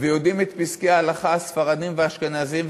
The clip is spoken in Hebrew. ויודעים את פסקי ההלכה הספרדיים והאשכנזיים.